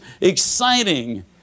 exciting